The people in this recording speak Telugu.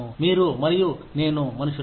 మీరు మరియు నేను మనుషులం